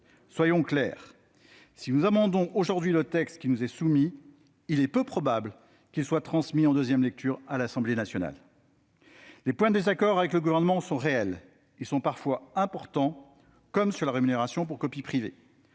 Soyons clairs : si nous amendons aujourd'hui le texte qui nous est soumis, il est peu probable qu'il soit transmis en deuxième lecture à l'Assemblée nationale. Les points de désaccord avec le Gouvernement sont réels ; ils sont parfois importants, comme sur la rémunération pour copie privée.